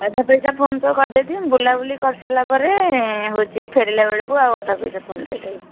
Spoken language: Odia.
ଅଧା ପଇସା ଫୋନ୍ ପେ କରିଦେବି ବୁଲାବୁଲି କରିସାରିଲା ପରେ ହେଉଛି ଫେରିଲାବେଳକୁ ଆଉ ଅଧା ପଇସା ପୁଣି ଦେଇଦେବି